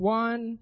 one